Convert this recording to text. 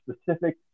specific